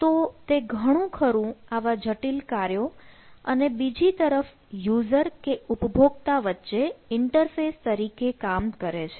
તો તે ઘણું ખરું આવા જટિલ કાર્યો અને બીજી તરફ યુઝર કે ઉપભોક્તા વચ્ચે ઇન્ટરફેસ તરીકે કામ કરે છે